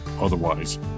otherwise